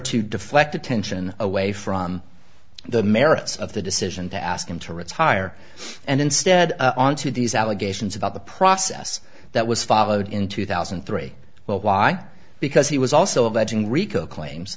to deflect attention away from the merits of the decision to ask him to retire and instead on to these allegations about the process that was followed in two thousand and three well why because he was also a budging rico claims